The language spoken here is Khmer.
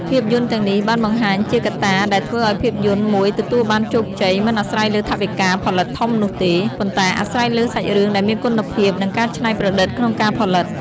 ភាពយន្តទាំងនេះបានបង្ហាញថាកត្តាដែលធ្វើឲ្យភាពយន្តមួយទទួលបានជោគជ័យមិនអាស្រ័យលើថវិកាផលិតធំនោះទេ ប៉ុន្តែអាស្រ័យលើសាច់រឿងដែលមានគុណភាព និងការច្នៃប្រឌិតក្នុងការផលិត។